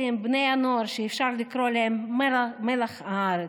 אלה בני הנוער שאפשר לקרוא להם "מלח הארץ".